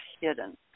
hidden